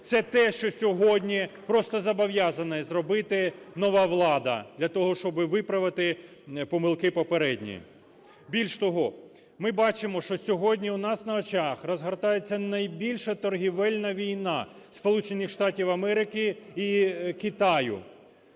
Це те, що сьогодні просто зобов'язана зробити нова влада для того, щоб виправити помилки попередньої. Більше того, ми бачимо, що сьогодні на очах розгортається найбільша торгівельна війна Сполучених